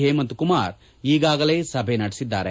ಹೇಮಂತ್ ಕುಮಾರ್ ಈಗಾಗಲೇ ಸಭೆ ನಡೆಸಿದ್ದಾರೆ